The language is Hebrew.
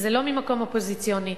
וזה לא ממקום אופוזיציוני.